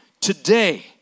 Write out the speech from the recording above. today